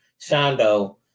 Shondo